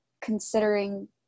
considering